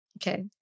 Okay